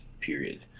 period